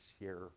share